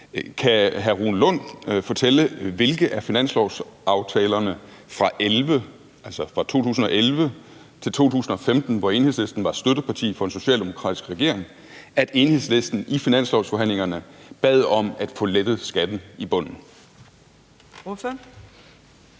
Kan hr. Rune Lund fortælle, i forbindelse med hvilke af finanslovsaftalerne fra 2011 til 2015, hvor Enhedslisten var støtteparti for en socialdemokratisk regering, at Enhedslisten i finanslovsforhandlingerne bad om at få lettet skatten i bunden? Kl.